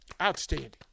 Outstanding